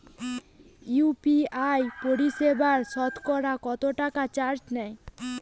UPI পরিসেবায় সতকরা কতটাকা চার্জ নেয়?